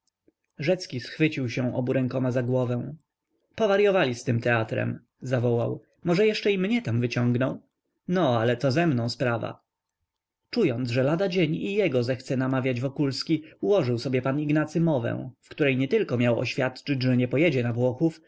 rzecki schwycił się obu rękoma za głowę powaryowali z tym teatrem zawołał może jeszcze i mnie tam wyciągną no ale to ze mną sprawa czując że lada dzień i jego zechce namawiać wokulski ułożył sobie pan ignacy mowę w której nietylko miał oświadczyć że nie pójdzie na włochów